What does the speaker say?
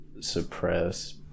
suppress